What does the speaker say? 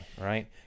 right